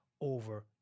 over